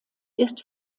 ist